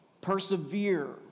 Persevere